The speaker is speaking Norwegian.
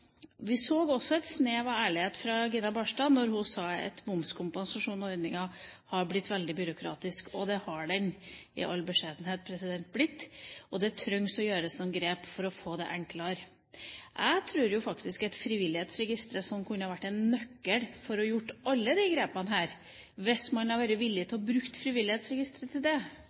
Vi så også et snev av ærlighet hos Gina Knutson Barstad da hun sa at momskompensasjonsordninga har blitt veldig byråkratisk. Og det har den, i all beskjedenhet, blitt. Det trengs noen grep for å få det enklere. Jeg tror jo faktisk at Frivillighetsregisteret kunne ha vært en nøkkel til å gjøre alle disse grepene, hvis man hadde vært villig til å bruke Frivillighetsregisteret til det